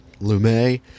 Lumet